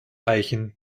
eichen